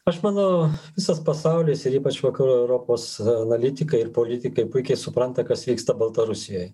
aš manau visas pasaulis ir ypač vakarų europos analitikai ir politikai puikiai supranta kas vyksta baltarusijoj